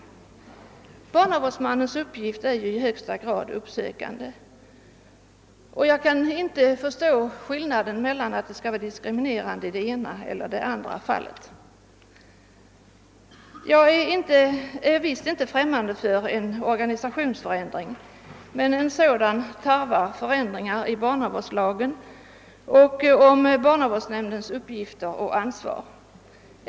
Barnavårdsmannens uppgift är ju i högsta grad uppsökande, och jag kan inte förstå att den verksamheten skall vara diskriminerande i det ena fallet men inte i det andra. Jag är visst inte främmande för en organisationsförändring, men en sådan tarvar ändringar i barnavårdslagen och i bestämmelserna om barnavårdsnämndernas uppgifter och ansvar.